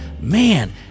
man